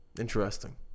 interesting